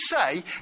say